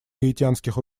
гаитянских